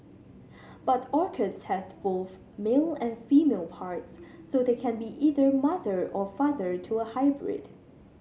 but orchids have both male and female parts so they can be either mother or father to a hybrid